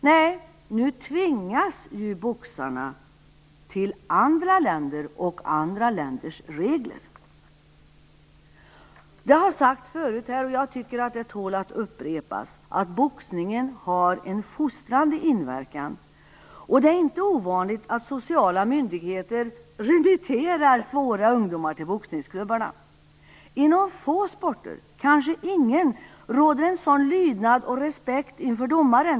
Nej, nu tvingas boxarna till andra länder och andra länders regler. För det tredje: Det har här tidigare sagts och det förtjänar att upprepas att boxningen har en fostrande inverkan. Det är inte ovanligt att sociala myndigheter "remitterar" svåra ungdomar till boxningsklubbarna. Inom få sporter - kanske inte inom någon - råder det en sådan lydnad och respekt för domaren.